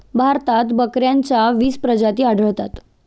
भारतात बकऱ्यांच्या वीस प्रजाती आढळतात